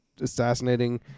assassinating